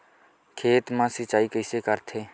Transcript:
खेत मा सिंचाई कइसे करथे?